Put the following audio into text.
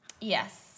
Yes